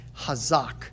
Hazak